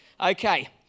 Okay